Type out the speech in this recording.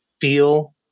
feel